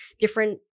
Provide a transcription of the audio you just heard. different